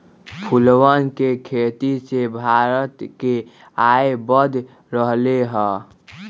फूलवन के खेती से भारत के आय बढ़ रहले है